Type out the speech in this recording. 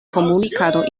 komunikado